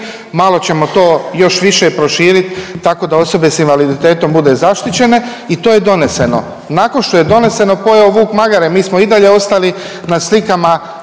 Malo ćemo to još više proširiti, tako da osobe sa invaliditetom budu zaštićene i to je doneseno. Nakon što je doneseno pojeo vuk magare. Mi smo i dalje ostali na slikama